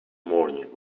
morning